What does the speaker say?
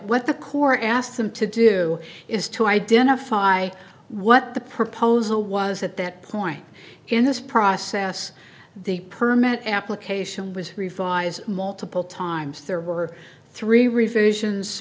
what the corps asked them to do is to identify what the proposal was at that point in this process the permit application was revised multiple times there were three revisions